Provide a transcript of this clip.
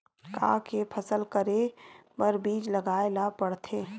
का के फसल करे बर बीज लगाए ला पड़थे?